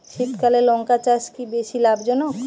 শীতকালে লঙ্কা চাষ কি বেশী লাভজনক?